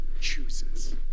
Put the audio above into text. chooses